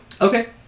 Okay